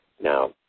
Now